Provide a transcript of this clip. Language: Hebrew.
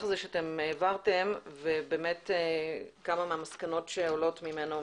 הזה שהעברתם וכמה מהמסקנות שעלות ממנו.